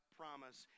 promise